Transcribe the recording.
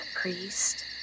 priest